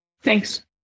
Thanks